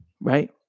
Right